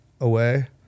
away